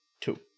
two